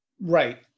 Right